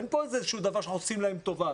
אין כאן איזשהו דבר שאנחנו עושים להם טובה,